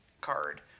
card